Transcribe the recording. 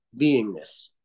beingness